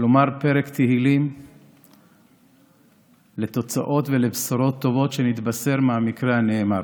לומר פרק תהילים לתוצאות ולבשורות טובות שנתבשר מהמקרה הנאמר.